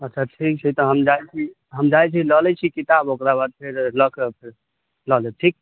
अच्छा ठीक छै तऽ हम जाइ छी हम जाइ छी लऽ लै छी किताब ओकरा बाद फेर लऽ कऽ फेर लऽ लेब ठीक